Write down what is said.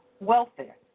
Welfare